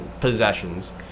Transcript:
possessions